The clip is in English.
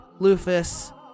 Lufus